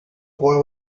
boy